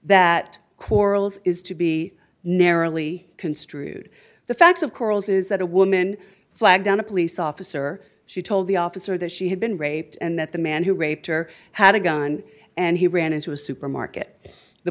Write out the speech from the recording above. that quarrels is to be narrowly construed the facts of coral's is that a woman flagged down a police officer she told the officer that she had been raped and that the man who raped her had a gun and he ran into a supermarket the